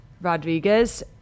Rodriguez